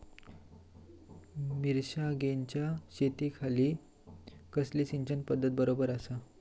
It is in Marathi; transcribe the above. मिर्षागेंच्या शेतीखाती कसली सिंचन पध्दत बरोबर आसा?